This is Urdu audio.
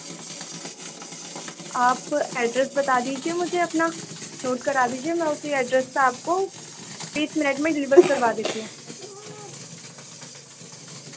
آپ ایڈریس بتا دیجیے مجھے اپنا نوٹ کرا دیجیے میں اسی ایڈریس پہ آپ کو بیس منٹ میں ڈلیور کروا دیتی ہوں